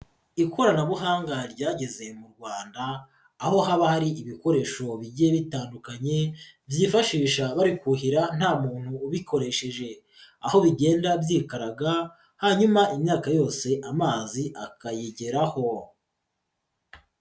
Ikoranabuhanga ryageze mu Rwanda aho haba hari ibikoresho bigiye bitandukanye byifashisha bari kuhira nta muntu ubikoresheje, aho bigenda byikaraga hanyuma imyaka yose amazi akayigeraho.